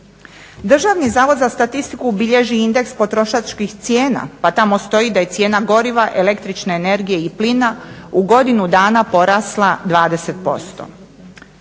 Državni zavod za statistiku bilježi indeks potrošačkih cijena. Pa tamo stoji da je cijena goriva, električne energije i plina u godinu dana porasla 20%.